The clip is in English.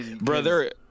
Brother